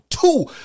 two